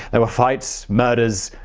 there were fights. murders.